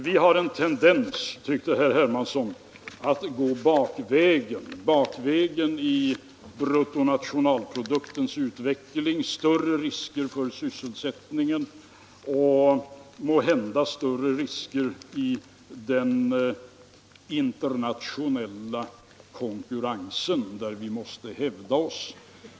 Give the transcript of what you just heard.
Vi har en tendens, tyckte herr Hermansson, att gå baklänges i fråga om bruttonationalproduktens utveckling, innebärande större risker för sysselsättningen och måhända större risker i den internationella konkurrensen där vi måste hävda oss.